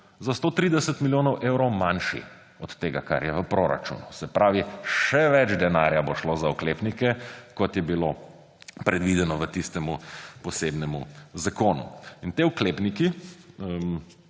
za 130 milijonov evrov manjši od tega, kar je v proračunu. Se pravi, še več denarja bo šlo za oklepnike, kot je bilo predvideno v tistem posebnem zakonu. Več različnih